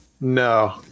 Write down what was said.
No